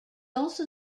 also